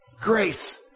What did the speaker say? Grace